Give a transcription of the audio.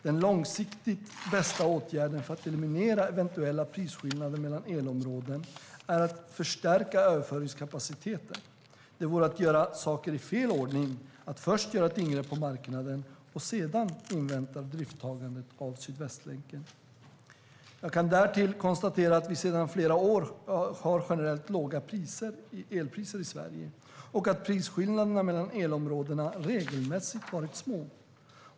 Den långsiktigt bästa åtgärden för att eliminera eventuella prisskillnader mellan elområden är att förstärka överföringskapaciteten. Det vore att göra saker i fel ordning att först göra ett ingrepp på marknaden och sedan invänta idrifttagandet av Sydvästlänken. Jag kan därtill konstatera att vi sedan flera år har generellt låga elpriser i Sverige och att prisskillnaderna mellan elområdena regelmässigt varit små.